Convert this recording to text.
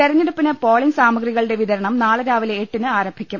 തെരഞ്ഞെടുപ്പിന് പോളിംഗ് സാമഗ്രികളുടെ വിതരണം നാളെ രാവിലെ എട്ടിന് ആരംഭിക്കും